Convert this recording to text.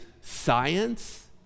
science